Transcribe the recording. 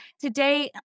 Today